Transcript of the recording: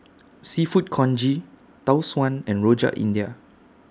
Seafood Congee Tau Suan and Rojak India